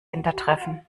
hintertreffen